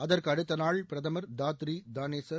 அதற்கு அடுத்த நாள் பிரதமர் தாத்ரி தானேசர்